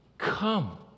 Come